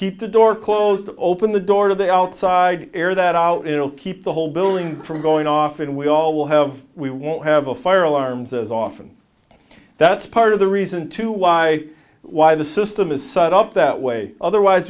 keep the door closed open the door to the outside air that out it'll keep the whole building from going off and we all will have we won't have a fire alarms as often that's part of the reason to why why the system is set up that way otherwise